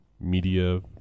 media